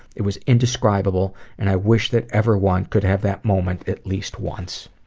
it was undescribable, and i wish that everyone could have that moment at least once.